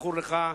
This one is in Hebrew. כזכור לך,